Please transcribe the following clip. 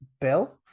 Bill